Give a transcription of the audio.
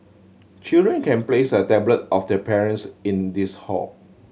children can place a tablet of their parents in this hall